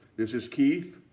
this is keith.